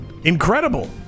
Incredible